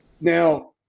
Now